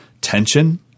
tension